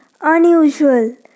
unusual